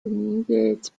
newgate